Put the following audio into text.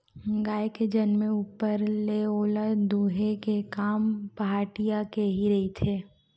गाय के जनमे ऊपर ले ओला दूहे के काम पहाटिया के ही रहिथे